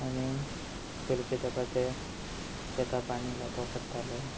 आनी पयलीं शेतां बानी लावपा पडटाले